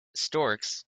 storks